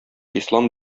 ислам